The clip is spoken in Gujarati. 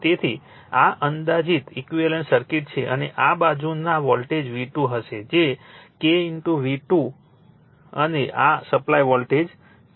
તેથી આ અંદાજિત ઈક્વિવેલન્ટ સર્કિટ છે અને આ બાજુના વોલ્ટેજ V2 હશે જે K V2 અને આ સપ્લાય વોલ્ટેજ છે